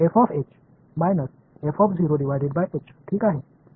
ठीक आहे